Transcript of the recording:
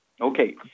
Okay